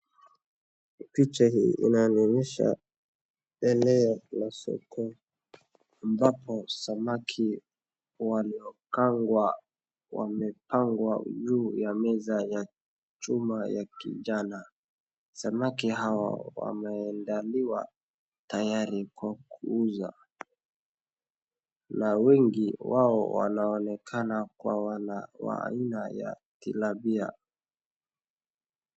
Kwa picha hii inanionyesha eneo la soko ambapo samaki wanao kaangwa wamepangwa juu ya meza ya chuma ya kijani. Samaki hawa wameandaliwa tayari kwa kuuza na wengi wao wanaonekana kuwa wa aina ya tilapia.